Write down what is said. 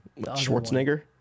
Schwarzenegger